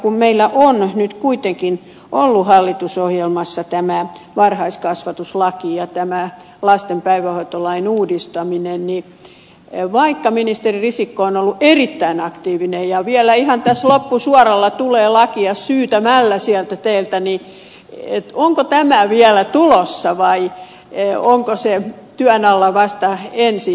kun meillä on nyt kuitenkin ollut hallitusohjelmassa tämä varhaiskasvatuslain säätäminen ja lasten päivähoitolain uudistaminen niin vaikka ministeri risikko on ollut erittäin aktiivinen ja vielä ihan tässä loppusuoralla tulee lakeja syytämällä sieltä teiltä onko tämä vielä tulossa vai onko se työn alla vasta ensi eduskunnalle